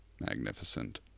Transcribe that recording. magnificent